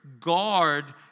guard